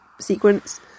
sequence